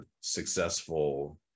successful